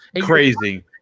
Crazy